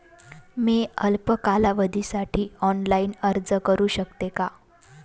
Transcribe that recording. मी अल्प कालावधीसाठी ऑनलाइन अर्ज करू शकते का?